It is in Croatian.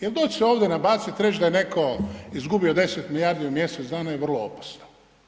Jer doći se ovdje nabaciti i reći da je netko izgubio 10 milijardi u mjesec dana je vrlo opasno.